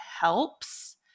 helps